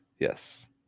Yes